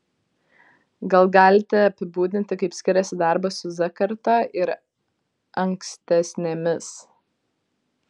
gal galite apibūdinti kaip skiriasi darbas su z karta ir ankstesnėmis